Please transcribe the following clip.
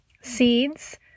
seeds